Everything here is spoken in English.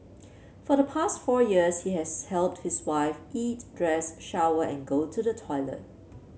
for the past four years he has helped his wife eat dress shower and go to the toilet